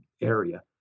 area